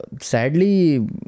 Sadly